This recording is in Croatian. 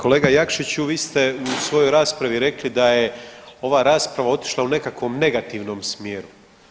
Kolega Jakšiću vi ste u svojoj raspravi rekli da je ova rasprava otišla u nekakvom negativnom smjeru.